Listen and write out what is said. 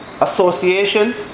association